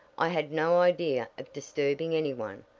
i had no idea of disturbing any one.